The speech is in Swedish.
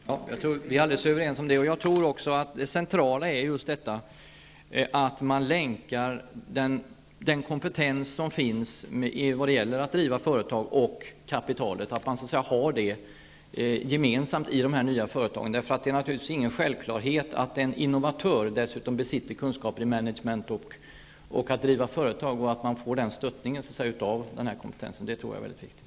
Fru talman! Vi är helt överens om det. Jag tror också att det centrala är just detta att man länkar den kompetens som finns vad det gäller att driva företag och kapitalet i de nya företagen. Det är naturligtvis ingen självklar het att en innovatör dessutom besitter kunskaper i management och att driva företag, och det är därför mycket viktigt att få stödet via denna kompetens.